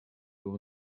door